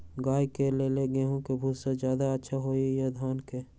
गाय के ले गेंहू के भूसा ज्यादा अच्छा होई की धान के?